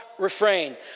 refrain